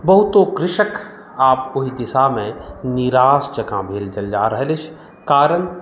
बहुतो कृषक आब ओहि दिशामे निराश जकाँ भेल चलि जा रहल अछि कारण